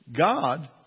God